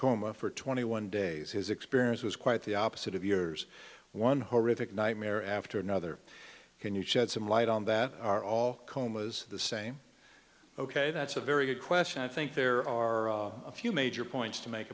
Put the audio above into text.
coma for twenty one days his experience was quite the opposite of yours one horrific nightmare after another can you shed some light on that are all comas the same ok that's a very good question i think there are a few major points to make